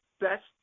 best